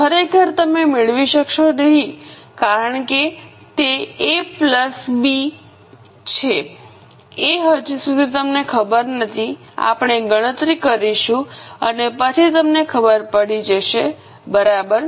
ખરેખર તમે મેળવી શકશો નહીં કારણ કે તે એ પ્લસ બીA B છે એ હજી સુધી તમને ખબર નથી કે આપણે ગણતરી કરીશું અને પછી તમને ખબર પડી જશે બરાબર